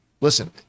listen